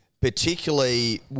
Particularly